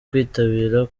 kwitabira